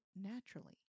naturally